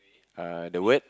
uh the word